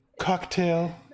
cocktail